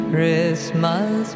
Christmas